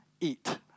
eat